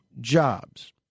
jobs